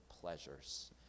pleasures